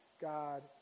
God